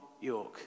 York